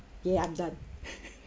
!yay! I'm done